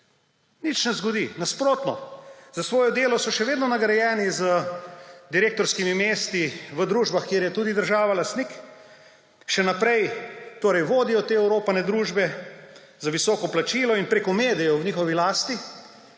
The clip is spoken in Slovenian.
Nič ne zgodi. Nasprotno, za svoje delo so še vedno nagrajeni z direktorskimi mesti v družbah, kjer je tudi država lastnica, še naprej torej vodijo te oropane družbe za visoko plačilo in preko medijev v njihovi lasti